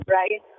right